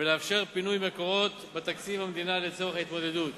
ולאפשר פינוי מקורות בתקציב המדינה לצורך ההתמודדות.